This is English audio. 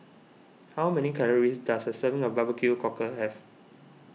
how many calories does a serving of Barbecue Cockle have